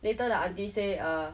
later the auntie say err